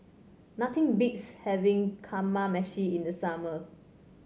nothing beats having Kamameshi in the summer